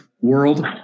world